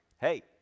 hey